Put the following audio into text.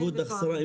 כבוד השרה,